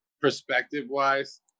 perspective-wise